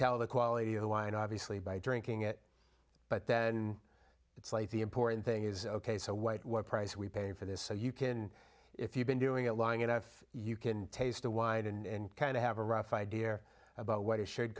tell the quality of the wine obviously by drinking it but then it's like the important thing is ok so white what price we pay for this so you can if you've been doing it long enough you can taste the wine and kind of have a rough idea about what is sh